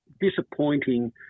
disappointing